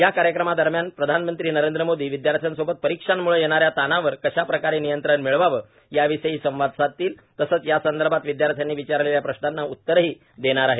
या कार्यक्रमादरम्यान पंतप्रधान नरेंद्र मोदी विदयार्थ्यासोबत परीक्षांमुळे येणाऱ्या ताणावर कशाप्रकारे नियंत्रण मिळवावं याविषयी संवाद साधतील तसंच यासंदर्भात विद्यार्थ्यांनी विचारलेल्या प्रश्नांना उत्तरंही देणार आहेत